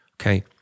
okay